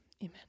amen